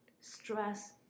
stress